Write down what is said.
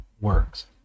works